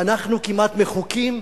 ואנחנו כמעט מחוקים,